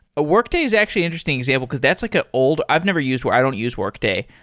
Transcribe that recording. a workday is actually interesting example, because that's like a old i've never used i don't use workday,